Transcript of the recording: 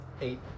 eight